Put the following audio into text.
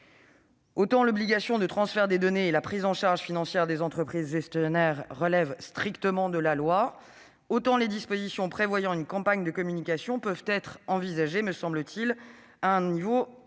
Autant l'obligation de transfert des données et la prise en charge financière des entreprises gestionnaires relèvent strictement de la loi, autant les dispositions prévoyant une campagne de communication peuvent être envisagées, me semble-t-il, à un niveau